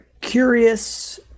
curious